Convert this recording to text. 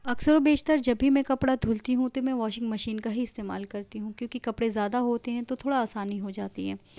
اکثر و بیشتر جب بھی میں کپڑا دھلتی ہوں تو میں واشنگ مشین کا ہی استعمال کرتی ہوں کیوں کہ کپڑے زیادہ ہوتے ہیں تو تھوڑا آسانی ہو جاتی ہے